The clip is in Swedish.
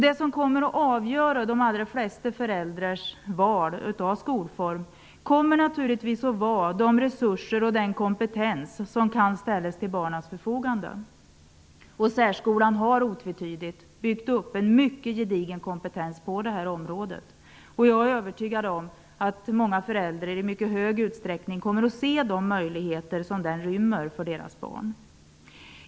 Det som kommer att avgöra de allra flesta föräldrars val av skolform kommer naturligtvis att vara de resurser och den kompetens som kan ställas till barnens förfogande. Särskolan har otvetydigt byggt upp en mycket gedigen kompetens på det här området. Jag är också övertygad om att många föräldrar i mycket stor utsträckning kommer att se de möjligheter som särskolan rymmer för deras barn.